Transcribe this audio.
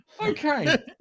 Okay